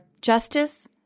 justice